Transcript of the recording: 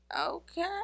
Okay